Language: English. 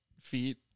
feet